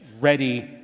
ready